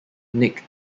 nick